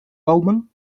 wellman